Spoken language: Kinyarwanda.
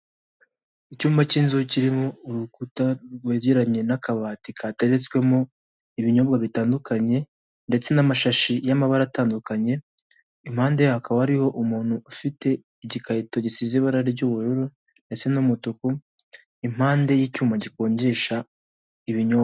Icyuyubma cy'inzu kirimo urukuta rwegeranye n'akabati kateretswemo ibinyobwa bitandukanye ndetse n'amashashi y'amabara atandukanye, impande hakaba hariho umuntu ufite igikarito gisize ibara ry'ubururu ndetse n'umutuku, impande y'icyuma gikonjesha ibinyobwa.